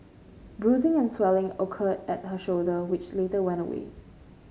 bruising and swelling occurred at her shoulder which later went away